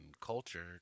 Culture